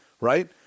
right